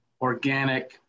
organic